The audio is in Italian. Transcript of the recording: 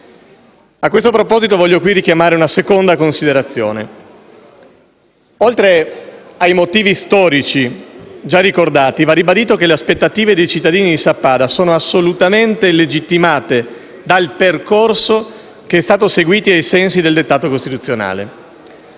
A questo proposito voglio qui richiamare una seconda considerazione. Oltre ai motivi storici già ricordati, va ribadito che le aspettative dei cittadini di Sappada sono assolutamente legittimate dal percorso che è stato seguito ai sensi del dettato costituzionale.